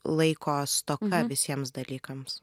laiko stoka visiems dalykams